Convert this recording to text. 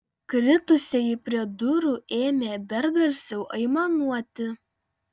kritusieji prie durų ėmė dar garsiau aimanuoti